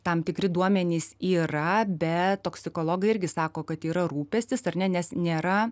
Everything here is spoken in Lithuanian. tam tikri duomenys yra bet toksikologai irgi sako kad yra rūpestis ar ne nes nėra